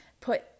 put